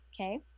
Okay